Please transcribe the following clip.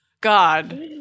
God